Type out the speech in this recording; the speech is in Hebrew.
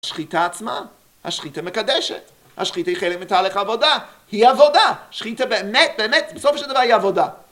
השחיתה עצמה, השחיתה מקדשת, השחיתה היא חלק מתהליך עבודה, היא עבודה, שחיתה באמת, באמת, בסוף של דבר היא עבודה.